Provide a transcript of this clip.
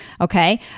Okay